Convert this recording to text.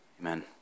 Amen